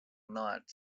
not